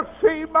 see